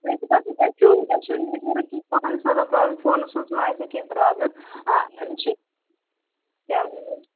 مےٚ چھُ باسان تُہۍ چھُو تُہۍ چھُو نٮ۪ٹ ؤرٕکٕچ پانَس آسان پرٛابلِم فونس منٛز آسوٕ کیٚنٛہہ پرٛابلِم آ یہِ چھُ کیٛاہ مطلب